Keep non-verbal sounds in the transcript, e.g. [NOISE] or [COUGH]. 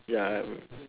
ya I [NOISE]